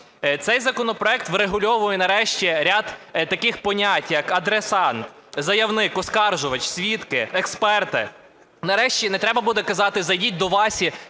Цей законопроект врегульовує нарешті ряд таких понять як адресат, заявник, оскаржувач, свідки, експерти. Нарешті не треба буде казати зайдіть до Васі